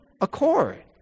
accord